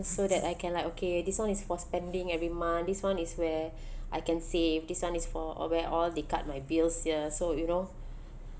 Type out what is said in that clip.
so that I can like okay this [one] is for spending every month this [one] is where I can save this [one] is for or where all they cut my bills here so you know